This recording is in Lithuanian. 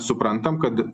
suprantam kad